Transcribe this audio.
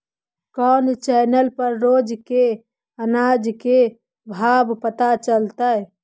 कोन चैनल पर रोज के अनाज के भाव पता चलतै?